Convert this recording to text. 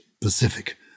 Pacific